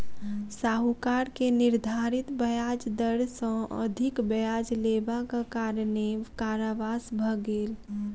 साहूकार के निर्धारित ब्याज दर सॅ अधिक ब्याज लेबाक कारणेँ कारावास भ गेल